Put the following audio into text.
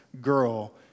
girl